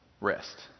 rest